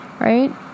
right